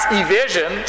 evasion